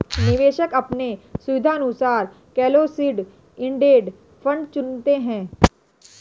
निवेशक अपने सुविधानुसार क्लोस्ड इंडेड फंड चुनते है